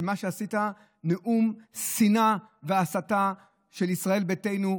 ומה שעשית זה נאום שנאה והסתה של ישראל ביתנו,